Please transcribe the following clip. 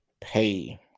pay